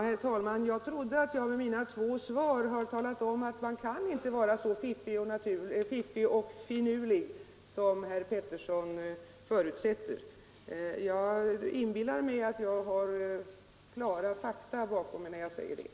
Herr talman! Jag trodde att jag med mina två anförunden hade talat om att man inte kan vara så fiffig och finurlig som herr Petersson i Röstånga förutsätter. Jag inbillar mig att jag har klara fakta bakom mig när jag säger det.